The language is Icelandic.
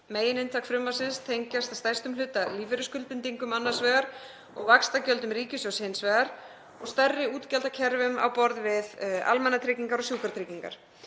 Megininntak frumvarpsins tengist að stærstum hluta lífeyrisskuldbindingum og vaxtagjöldum ríkissjóðs og stærri útgjaldakerfum á borð við almannatryggingar og sjúkratryggingar.